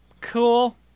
Cool